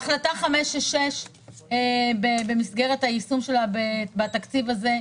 החלטה 566 במסגרת היישום שלה בתקציב הזה,